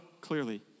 clearly